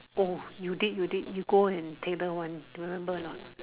oh you did you did you go and tailor one do you remember or not